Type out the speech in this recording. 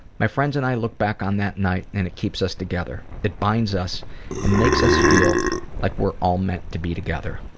my friends and i look back on that night and it keeps us together. it binds us and makes us feel like we're all meant to be together.